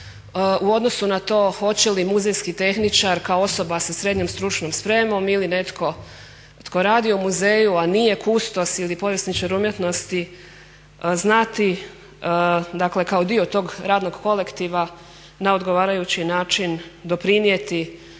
u odnosu na to hoće li muzejski tehničar kao osoba sa srednjom stručnom spremom ili netko tko radi u muzeju a nije kustos ili povjesničar umjetnosti znati dakle kao dio tog radnog kolektiva na odgovarajući način doprinijeti